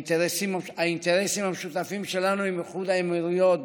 האינטרסים המשותפים שלנו עם איחוד האמירויות,